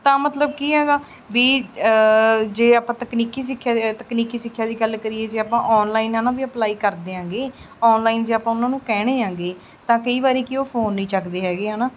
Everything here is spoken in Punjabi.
ਤਾਂ ਮਤਲਬ ਕੀ ਹੈਗਾ ਵੀ ਜੇ ਆਪਾਂ ਤਕਨੀਕੀ ਸਿੱਖਿਆ ਤਕਨੀਕੀ ਸਿੱਖਿਆ ਦੀ ਗੱਲ ਕਰੀਏ ਜੇ ਆਪਾਂ ਔਨਲਾਈਨ ਹੈ ਨਾ ਵੀ ਅਪਲਾਈ ਕਰਦੇ ਹੈਗੇ ਔਨਲਾਈਨ ਜੇ ਆਪਾਂ ਉਨ੍ਹਾਂ ਨੂੰ ਕਹਿੰਦੇ ਹੈਗੇ ਤਾਂ ਕਈ ਵਾਰੀ ਕੀ ਉਹ ਫੋਨ ਨਹੀਂ ਚੱਕਦੇ ਹੈਗੇ ਹੈ ਨਾ